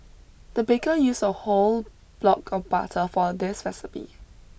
the baker used a whole block of butter for this recipe